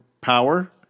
power